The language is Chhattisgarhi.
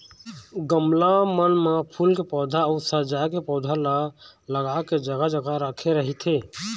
गमला मन म फूल के पउधा अउ सजाय के पउधा ल लगा के जघा जघा राखे रहिथे